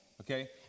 Okay